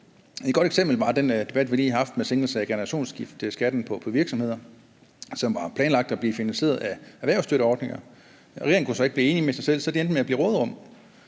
Et godt eksempel er den debat, vi lige har haft med sænkelse af generationsskifteskatten for virksomheder, som var planlagt til at blive finansieret af erhvervsstøtteordninger. Regeringen kunne så ikke blive enige med sig selv, så det endte med at blive gennem